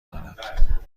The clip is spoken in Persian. دارد